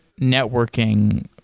networking